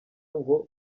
ngo